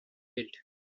built